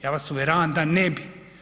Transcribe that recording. Ja vas uvjeravam da ne bi.